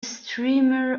streamer